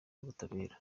y’ubutabera